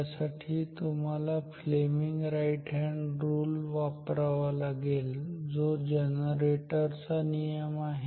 त्यासाठी तुम्हाला Fleming right hand rule Fleming's Right Hand Rule वापरावा लागेल जो जनरेटर चा नियम आहे